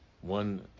one